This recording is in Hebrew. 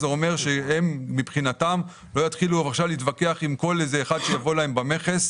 זה אומר שהם מבחינתם לא יתחילו עכשיו להתווכח עם כל אחד שיבוא להם במכס,